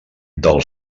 del